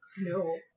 No